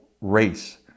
race